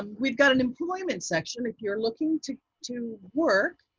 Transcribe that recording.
and we've got an employment section, if you're looking to to work.